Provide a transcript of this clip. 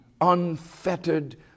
unfettered